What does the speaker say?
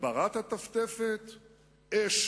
הגברת הטפטפת, אש